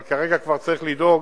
אבל כרגע צריך לדאוג,